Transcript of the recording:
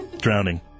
Drowning